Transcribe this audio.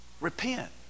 repent